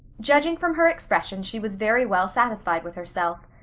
judging from her expression she was very well satisfied with herself.